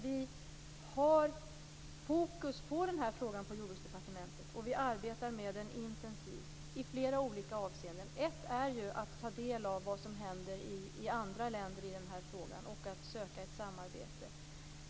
På Jordbruksdepartementet har vi fokus på den här frågan, och vi arbetar intensivt med den i flera olika avseenden. Ett är att ta del av vad som händer i den här frågan i andra länder och att söka ett samarbete.